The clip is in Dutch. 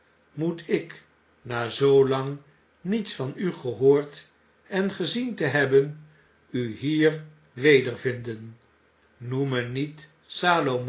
moet ifc na zoolang niets van u gehoord en gezien te hebben u hier wedervinden b noem me niet